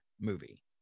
movie